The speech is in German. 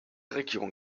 region